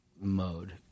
mode